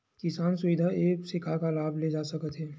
किसान सुविधा एप्प से का का लाभ ले जा सकत हे?